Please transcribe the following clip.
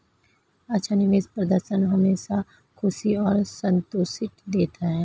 अच्छा निवेश प्रदर्शन हमेशा खुशी और संतुष्टि देता है